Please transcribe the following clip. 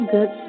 Good